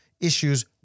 issues